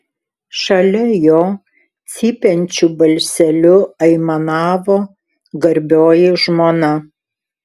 šalia jo cypiančiu balseliu aimanavo garbioji žmona